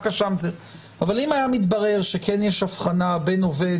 אבל אם היה מתברר שיש אבחנה בין עובד